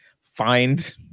find